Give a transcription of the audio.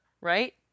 Right